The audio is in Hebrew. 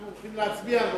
רבותי, אנחנו הולכים להצביע.